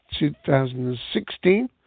2016